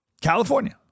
California